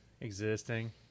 Existing